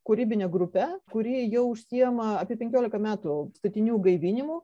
kūrybine grupe kuri jau užsiima apie penkiliką metų statinių gaivinimu